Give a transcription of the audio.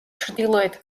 ჩრდილოეთ